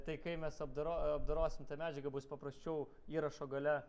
tai kai mes apdoro apdorosim tą medžiagą bus paprasčiau įrašo gale